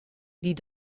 die